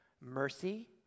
mercy